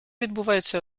відбувається